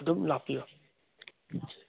ꯑꯗꯨꯝ ꯂꯥꯛꯄꯤꯔꯣ